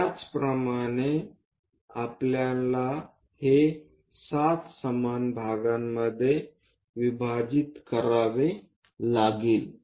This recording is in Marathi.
त्याचप्रमाणे हे आपल्याला 7 समान भागांमध्ये विभाजित करावे लागेल